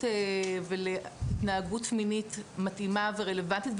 ולהתנהגות מינית מתאימה ורלוונטית,